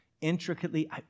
Intricately